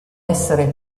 essere